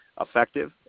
effective